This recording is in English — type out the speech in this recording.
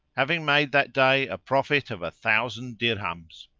having made that day a profit of a thousand dirhams.